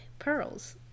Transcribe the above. pearls